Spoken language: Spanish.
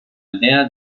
aldea